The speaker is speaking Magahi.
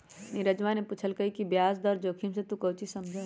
नीरजवा ने पूछल कई कि तू ब्याज दर जोखिम से काउची समझा हुँ?